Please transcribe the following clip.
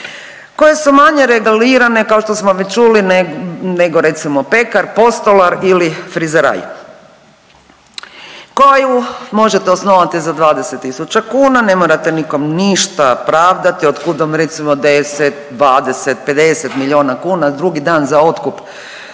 koje su manje regulirane kao što smo već čuli nego recimo pekar, postolar ili frizeraj koju možete osnovati za 20.000 kuna, ne morate nikom ništa pravdati od kud vam recimo 10, 20, 50 milijuna kuna drugi dan za otkup